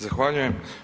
Zahvaljujem.